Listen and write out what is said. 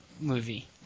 movie